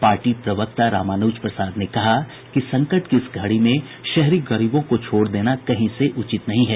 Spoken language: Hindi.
पार्टी प्रवक्ता रामानुज प्रसाद ने कहा कि संकट की इस घड़ी में शहरी गरीबों को छोड़ देना कहीं से उचित नहीं है